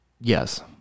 Yes